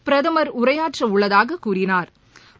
பிரதமர் உரையாற்றஉள்ளதாககூறினாா்